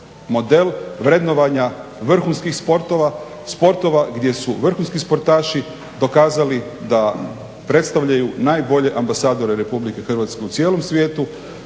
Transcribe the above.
model vrednovanja vrhunskih sportova. Sportova gdje su vrhunski sportaši dokazali da predstavljaju najbolje ambasadore Republike Hrvatske u cijelom svijetu,